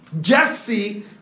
Jesse